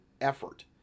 effort